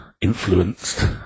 influenced